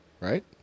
Right